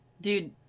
Dude